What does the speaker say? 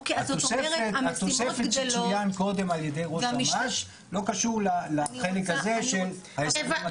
התוספת שצוין קודם על ידי ראש אמ"ש לא קשור לחלק הזה של ההסכמים.